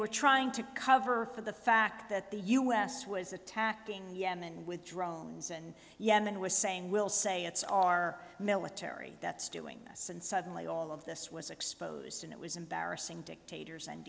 were trying to cover for the fact that the u s was attacked in yemen with drones and yemen was saying we'll say it's our military that's doing this and suddenly all of this was exposed and it was embarrassing dictators and